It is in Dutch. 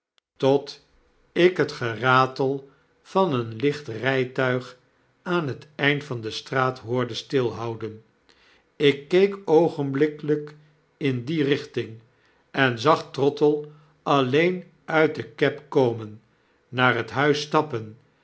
tot ik het geratel van een licht rytuig aan het eind van de straat hoorde stilhouden ik keek oogenblikkelyk in die richting en zag trottle alleen uit de cab komen naar net huis stappen